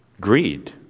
Greed